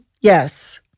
Yes